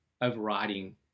overriding